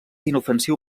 inofensiu